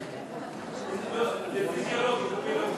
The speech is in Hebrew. זה פיזיולוגיים, פיזיולוגיים.